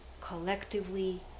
collectively